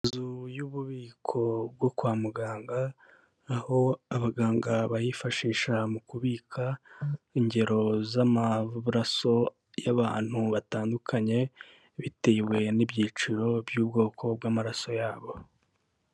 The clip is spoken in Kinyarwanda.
Inzu y'ububiko bwo kwa muganga, aho abaganga bayifashisha mu kubika ingero z'amaraso y'abantu batandukanye, bitewe n'ibyiciro by'ubwoko bw'amaraso ya bo.